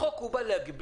החוק בא להגביל.